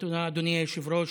תודה, אדוני היושב-ראש.